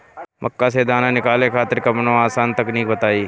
मक्का से दाना निकाले खातिर कवनो आसान तकनीक बताईं?